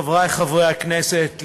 חברי חברי הכנסת,